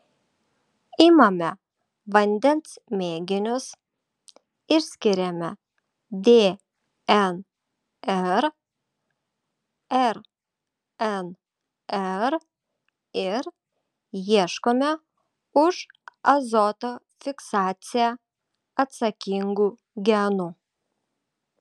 imame vandens mėginius išskiriame dnr rnr ir ieškome už azoto fiksaciją atsakingų genų